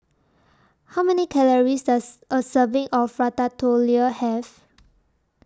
How Many Calories Does A Serving of Ratatouille Have